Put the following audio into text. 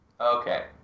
Okay